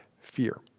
fear